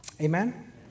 amen